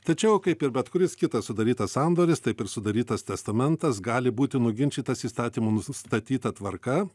tačiau kaip ir bet kuris kitas sudarytas sandoris taip ir sudarytas testamentas gali būti nuginčytas įstatymų nustatyta tvarka